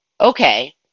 Okay